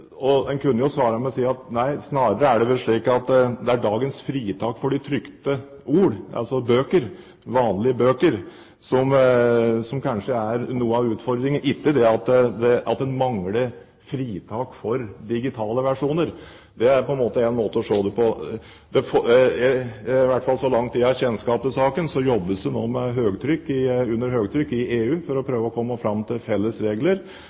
En kunne jo svare med å si at nei, det er vel snarere slik at det er dagens momsfritak for det trykte ord – altså vanlige bøker – som er noe av utfordringen, ikke det at en mangler fritak for digitale versjoner. Det er en måte å se det på. Så langt jeg har kjennskap til saken, jobbes det nå under høytrykk i EU for å prøve å komme fram til felles regler,